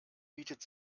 bietet